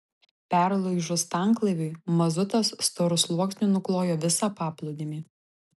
perlūžus tanklaiviui mazutas storu sluoksniu nuklojo visą paplūdimį